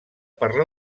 per